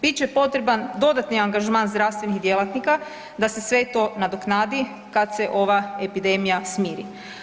Bit će potreban dodatni angažman zdravstvenih djelatnika da se sve to nadoknadi kad se ova epidemija smiri.